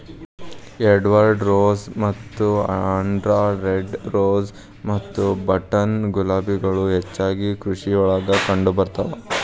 Edward rose ಮತ್ತ Andhra red rose ಮತ್ತ button ಗುಲಾಬಿಗಳು ಹೆಚ್ಚಾಗಿ ಕೃಷಿಯೊಳಗ ಕಂಡಬರ್ತಾವ